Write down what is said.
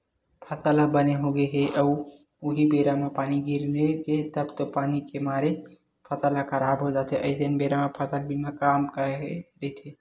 फसल ह बने होगे हे उहीं बेरा म पानी गिरगे तब तो पानी के मारे फसल ह खराब हो जाथे अइसन बेरा म फसल बीमा काम के रहिथे